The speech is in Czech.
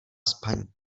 spaní